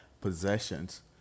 possessions